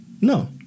No